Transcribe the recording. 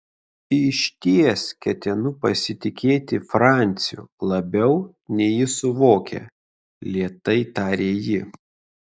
išties ketinu pasitikėti franciu labiau nei jis suvokia lėtai tarė ji